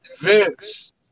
Vince